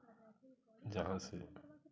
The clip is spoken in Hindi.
जहाँ से